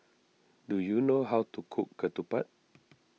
do you know how to cook Ketupat